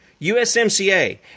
USMCA